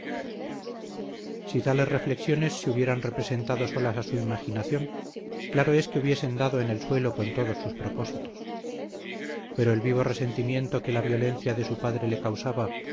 si tales reflexiones se hubieran representado solas a su imaginación claro es que hubiesen dado en el suelo con todos sus propósitos pero el vivo resentimiento que la violencia de su padre le causaba